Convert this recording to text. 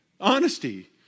honesty